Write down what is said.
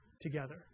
together